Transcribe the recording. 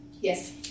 Yes